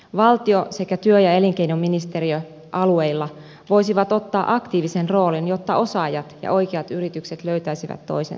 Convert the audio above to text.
valtio sekä työ ja elinkeinoministeriö alueilla voisivat ottaa aktiivisen roolin jotta osaajat ja oikeat yritykset löytäisivät toisensa